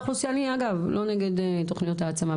אגב אני לא נגד תוכניות העצמה,